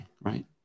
Right